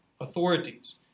authorities